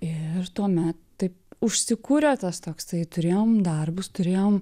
ir tuomet taip užsikūrė tas toksai turėjom darbus turėjom